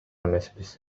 эмеспиз